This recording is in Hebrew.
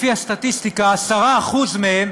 לפי הסטטיסטיקה, 10% מהם